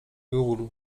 google